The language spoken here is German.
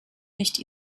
nicht